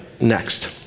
next